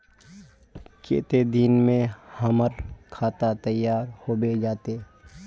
केते दिन में हमर खाता तैयार होबे जते?